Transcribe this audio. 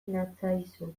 natzaizu